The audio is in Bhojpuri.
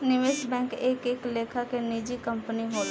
निवेश बैंक एक एक लेखा के निजी कंपनी होला